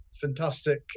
fantastic